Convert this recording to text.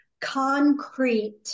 concrete